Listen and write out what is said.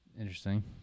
interesting